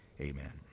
Amen